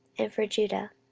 and for judah.